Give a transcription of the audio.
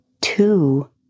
Two